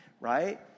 right